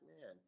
man